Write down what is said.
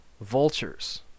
Vultures